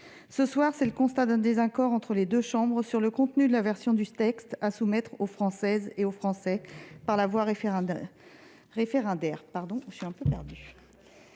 Ce soir, nous faisons le constat d'un désaccord entre les deux chambres sur le contenu du texte à soumettre aux Françaises et aux Français par la voie référendaire.